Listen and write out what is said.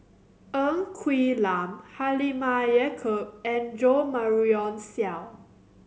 Ng Quee Lam Halimah Yacob and Jo Marion Seow